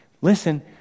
listen